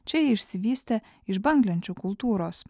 čia ji išsivystė iš banglenčių kultūros